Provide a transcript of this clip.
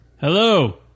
Hello